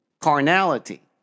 carnality